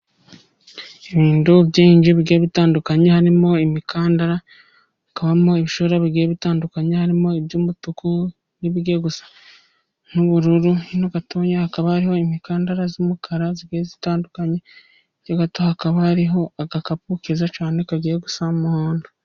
Ibintu byinshi bigiye bitandukanye harimo imikandara, hakaba harimo ibishora bigiye bitandukanye, harimo iby'umutuku n'ibigiye gusa nk'ubururu. Hino gatoya hakaba hariho imikandara y'umukara igiye itandukanye, hirya gato hakaba hariho agakapu keza cyane kagiye gusa umuhondo.